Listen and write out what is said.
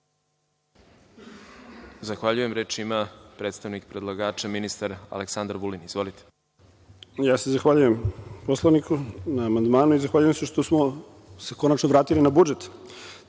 Zahvaljujem. Reč ima predstavnik predlagača ministar Aleksandar Vulin. Izvolite. **Aleksandar Vulin** Ja se zahvaljujem poslaniku na amandmanu i zahvaljujem se što smo se konačno vratili na budžet,